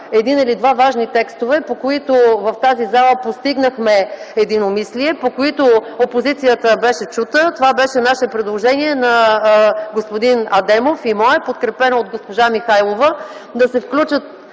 един или два важни текстове, по които в тази зала постигнахме единомислие, по които опозицията беше чута. Това беше наше предложение, на господин Адемов и мое, подкрепено от госпожа Михайлова – общините да се включат